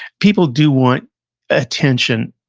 people do want attention.